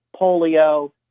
polio